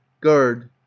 Guard